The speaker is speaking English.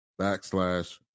backslash